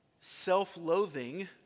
self-loathing